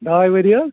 ڈاے ؤری حظ